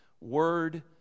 word